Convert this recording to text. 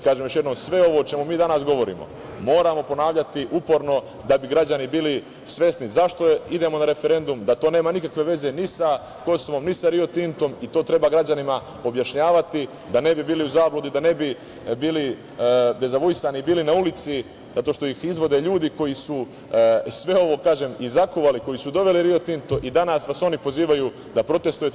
Kažem još jednom, sve ovo o čemu mi danas govorimo moramo ponavljati uporno da bi građani bili svesni zašto idemo na referendum, da to nema nikakve veze ni sa Kosovom, ni sa Rio Tintom i to treba građanima objašnjavati da ne bi bili u zabludi, da ne bi bili dezavuisani, da ne bi bili na ulici, zato što ih izvode ljudi koji su sve ovo i zakuvali, koji su doveli Rio Tinto i danas vas oni pozivaju da protestujete.